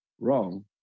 wrong